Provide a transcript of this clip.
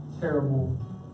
terrible